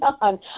on